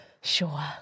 Sure